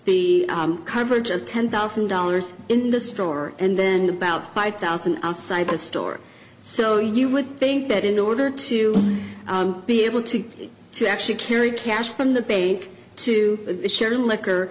the coverage of ten thousand dollars in the store and then about five thousand outside the store so you would think that in order to be able to to actually carry cash from the bank to share liquor